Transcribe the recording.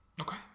Okay